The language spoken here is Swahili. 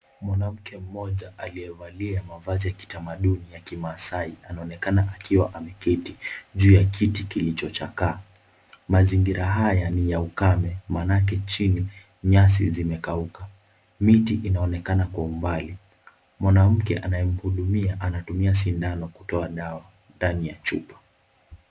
Mwanamke mmoja aliyevalia mavazi ya kitamaduni ya kimasai anaonekana akiwa ameketi juu ya kiti kilichochakaa. Mazingira haya ni ya ukame manake chini nyasi zimekauka. Miti inaonekana kwa umbali, mwanamke anayemhudumia anatumia sindano kutoa dawa ndani ya chupa.